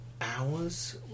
hours